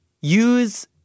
Use